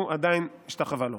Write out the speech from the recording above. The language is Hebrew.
הוא עדיין השתחווה לו.